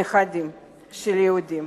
נכדים של יהודים,